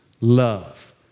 Love